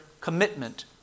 commitment